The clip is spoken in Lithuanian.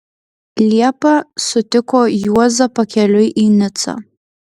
liepą sutiko juozą pakeliui į nicą